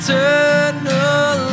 Eternal